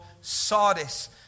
Sardis